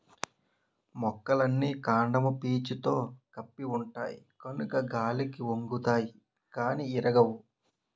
మొక్కలన్నీ కాండము పీసుతో కప్పి ఉంటాయి కనుక గాలికి ఒంగుతాయి గానీ ఇరగవు